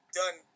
done